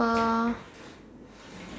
ple